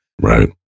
Right